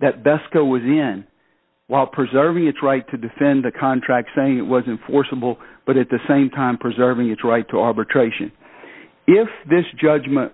that becka was in while preserving its right to defend the contract saying it wasn't forcible but at the same time preserving its right to arbitration if this judgment